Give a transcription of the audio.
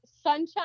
sunshine